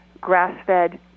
grass-fed